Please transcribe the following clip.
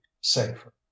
safer